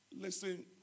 Listen